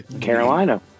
Carolina